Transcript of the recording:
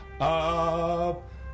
up